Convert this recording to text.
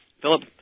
Philip